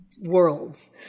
worlds